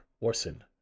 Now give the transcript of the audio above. Orson